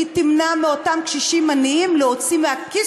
היא תמנע מאותם קשישים עניים להוציא מהכיס